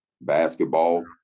basketball